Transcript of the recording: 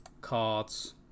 cards